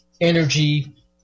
energy